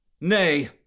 Nay